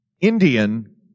Indian